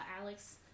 Alex